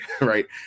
right